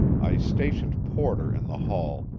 i stationed porter in the hall,